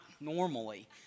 normally